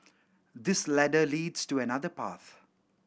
this ladder leads to another path